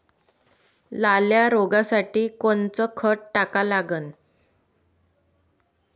लाल्या रोगासाठी कोनचं खत टाका लागन?